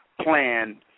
plan